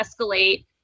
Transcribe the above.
escalate